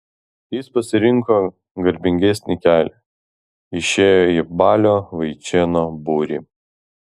jis pasirinko garbingesnį kelią išėjo į balio vaičėno būrį